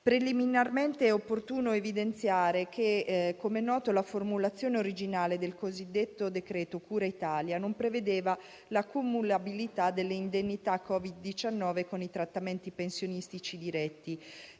Preliminarmente è opportuno evidenziare che, come noto, la formulazione originale del cosiddetto decreto cura Italia non prevedeva la cumulabilità delle indennità Covid-19 con i trattamenti pensionistici diretti,